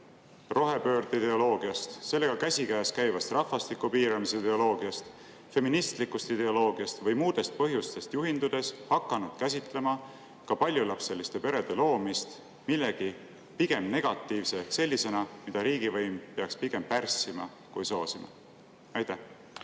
rohepöörde ideoloogiast, sellega käsikäes käivast rahvastiku piiramise ideoloogiast, feministlikust ideoloogiast või muudest põhjustest juhindudes hakanud käsitlema ka paljulapseliste perede loomist millegi pigem negatiivsena ehk sellisena, mida riigivõim peaks pigem pärssima kui soosima? Suur